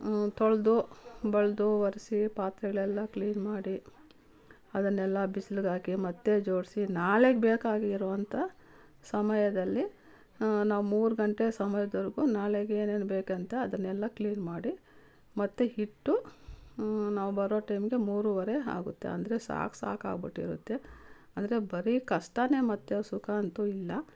ತೊಳೆದು ಬಳಿದು ಒರೆಸಿ ಪಾತ್ರೆಗಳೆಲ್ಲ ಕ್ಲೀನ್ ಮಾಡಿ ಅದನ್ನೆಲ್ಲ ಬಿಸ್ಲಿಗೆ ಹಾಕಿ ಮತ್ತೆ ಜೋಡಿಸಿ ನಾಳೆಗೆ ಬೇಕಾಗಿರುವಂಥ ಸಮಯದಲ್ಲಿ ನಾವು ಮೂರು ಗಂಟೆ ಸಮಯದೊರೆಗೂ ನಾಳೆಗೆ ಏನೇನು ಬೇಕುಂತ ಅದನ್ನೆಲ್ಲ ಕ್ಲೀನ್ ಮಾಡಿ ಮತ್ತೆ ಇಟ್ಟು ನಾವು ಬರೋ ಟೈಮ್ಗೆ ಮೂರುವರೆ ಆಗುತ್ತೆ ಅಂದರೆ ಸಾಕು ಸಾಕಾಗ್ಬಿಟ್ಟಿರುತ್ತೆ ಅಂದರೆ ಬರೀ ಕಷ್ಟವೇ ಮತ್ತೆ ಸುಖ ಅಂತೂ ಇಲ್ಲ